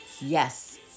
Yes